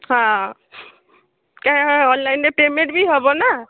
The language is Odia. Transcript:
ହଁ କାଇଁନା ଅନଲାଇନ୍ରେ ପେମେଣ୍ଟ୍ ବି ହେବନା